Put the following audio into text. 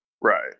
Right